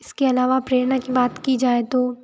इसके अलावा प्रेरणा की बात की जाए तो